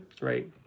right